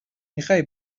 میخای